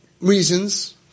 reasons